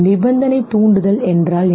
நிபந்தனை தூண்டுதல் என்றால் என்ன